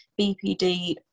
BPD